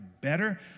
better